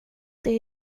det